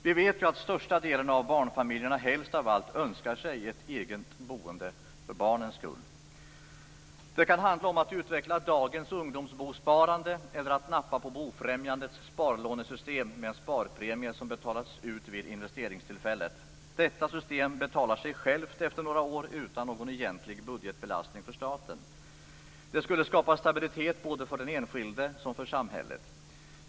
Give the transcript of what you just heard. Vi vet ju att största delen av barnfamiljerna helst av allt önskar sig ett eget boende för barnens skull. Det kan handla om att utveckla dagens ungdomsbosparande eller att nappa på Bofrämjandets sparlånesystem med en sparpremie som betalas ut vid investeringstillfället. Detta system betalar sig självt efter några år utan någon egentlig budgetbelastning för staten. Det skulle skapa stabilitet både för den enskilde och för samhället.